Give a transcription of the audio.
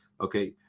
Okay